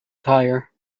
tire